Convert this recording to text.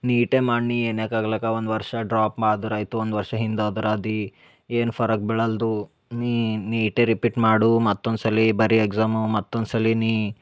ನೀಟೆ ಮಾಡು ನೀ ಏನ್ಯಾಕ ಆಗ್ಲಾಕ ಒಂದು ವರ್ಷ ಡ್ರಾಪ್ ಆದ್ರ ಆಯಿತು ಒಂದು ವರ್ಷ ಹಿಂದೆ ಹೋದ್ರ ಆದಿ ಏನು ಫರಕ್ ಬೀಳಲ್ದು ನೀ ನೀಟೆ ರಿಪೀಟ್ ಮಾಡು ಮತ್ತೊಂದ್ಸಲಿ ಬರಿ ಎಕ್ಸಾಮು ಮತ್ತೊಂದ್ಸಲಿ ನೀ